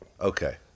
Okay